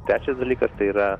trečias dalykas tai yra